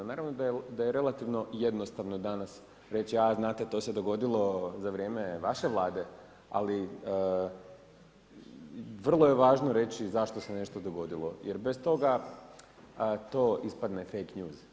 Naravno da je relativno jednostavno danas reći: a znate, to se dogodilo za vrijeme vaše Vlade, ali vrlo je važno reći zašto se nešto dogodilo jer bez toga to ispadne Fake news, ne.